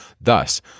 Thus